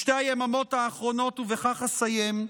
בשתי היממות האחרונות, ובכך אסיים,